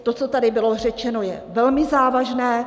To, co tady bylo řečeno, je velmi závažné.